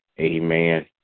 Amen